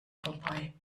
vorbei